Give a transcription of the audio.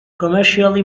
commercially